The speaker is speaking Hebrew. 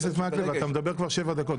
אתה מדבר כבר שבע דקות.